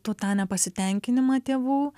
tų tą nepasitenkinimą tėvų